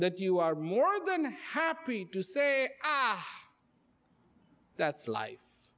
that you are more than happy to say ah that's life